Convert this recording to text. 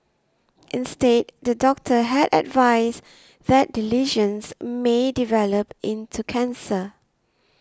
instead the doctor had advised that the lesions may develop into cancer